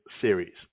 series